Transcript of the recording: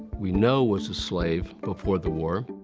we know was a slave before the war.